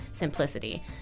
simplicity